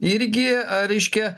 irgi reiškia